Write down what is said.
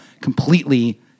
completely